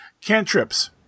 cantrips